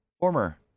former